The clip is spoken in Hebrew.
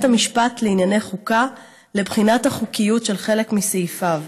המשפט לענייני חוקה לבחינת החוקיות של חלק מסעיפיו,